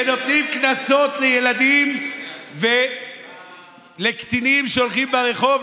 ונותנים קנסות לילדים ולקטינים שהולכים ברחוב.